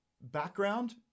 background